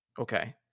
Okay